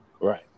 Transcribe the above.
Right